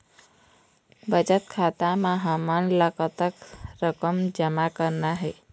बचत खाता म हमन ला कतक रकम जमा करना हे?